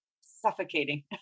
suffocating